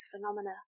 phenomena